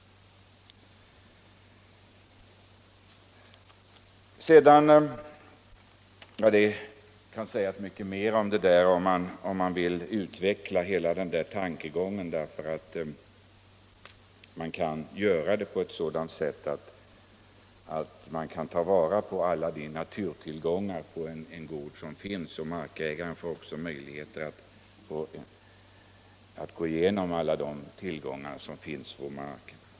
Det kunde sägas mycket mera, om man vill utveckla hela denna tankegång, och jag menar att man på det sätt som jag här har skisserat kan tillvarata alla de naturtillgångar som finns på en gård. Markägaren får då också tillfälle att gå igenom alla naturtillgångar som finns på hans marker.